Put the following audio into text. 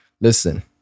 Listen